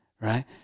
right